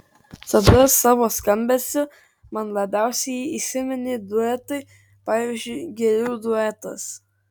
tada savo skambesiu man labiausiai įsiminė duetai pavyzdžiui gėlių duetas